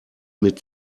mit